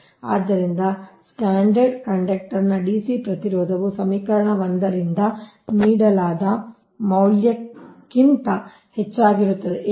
ಆದ್ದರಿಂದ ಸ್ಟ್ರಾಂಡೆಡ್ ಕಂಡಕ್ಟರ್ನ ಡಿಸಿ ಪ್ರತಿರೋಧವು ಸಮೀಕರಣ 1 ರಿಂದ ನೀಡಲಾದ ಮೌಲ್ಯಕ್ಕಿಂತ ಹೆಚ್ಚಾಗಿರುತ್ತದೆ